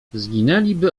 zginęliby